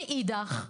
מאידך,